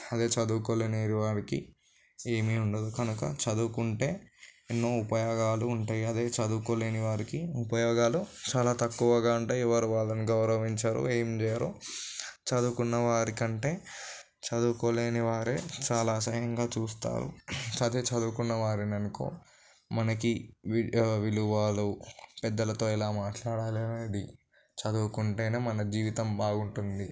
అదే చదువుకోలేని వారికి ఏమీ ఉండదు కనుక చదువుకుంటే ఎన్నో ఉపయోగాలు ఉంటాయి అదే చదువుకోలేని వారికి ఉపయోగాలు చాలా తక్కువగా ఉంటాయి ఎవరు వాళ్ళని గౌరవించరు ఏం చేయరు చదువుకున్నవారి కంటే చదువుకోలేని వారే చాలా అసహ్యంగా చూస్తారు అదే చదువుకున్న వారిని అనుకో మనకి విలువలు పెద్దలతో ఎలా మాట్లాడాలి అనేది చదువుకుంటేనే మన జీవితం బాగుంటుంది